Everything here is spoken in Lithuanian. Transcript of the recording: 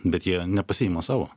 bet jie nepasiima savo